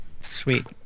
Sweet